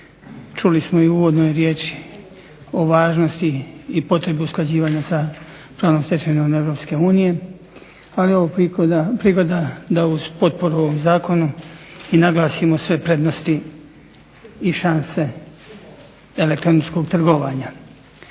Čuli smo i u uvodnoj riječi o važnosti i potrebi usklađivanja sa pravnom stečevinom Europske unije, ali je ovo prigoda da uz potporu ovom zakonu i naglasimo sve prednosti i šanse elektroničkog trgovanja.